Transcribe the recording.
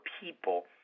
people